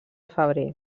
febrer